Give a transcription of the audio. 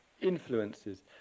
influences